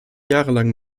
jahrelang